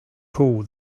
call